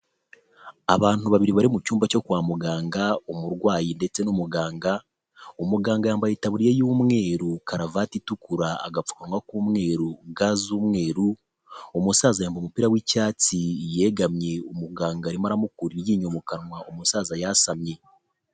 Abantu babiri bari mu cyumba cyo kwa muganga, umurwayi ndetse n'umuganga umuganga yambaye itaburiya y'umweru, karavati itukura, agapfukawa k'umweru, ga z'umweru, umusaza yambaye umupira w'icyatsi yegamye umuganga arimo aramukura iryinyo mu kanwa umusaza yasamye.